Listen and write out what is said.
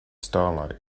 starlight